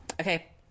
okay